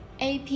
AP